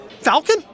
Falcon